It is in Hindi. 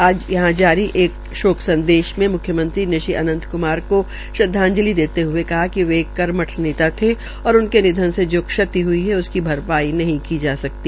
आज यहां जारी एक शोक संदेश में म्ख्यमंत्री ने श्री अनंत कुमार को श्रद्धांजलि देते हए कहा कि वे एक कर्मठ नेता थे और उनके निधन से जो क्षति हई है उसकी भर ाई नहीं की जा सकती